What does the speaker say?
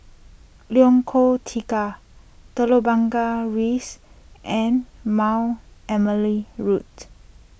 Lengkong Tiga Telok Blangah Rise and Mount Emily Road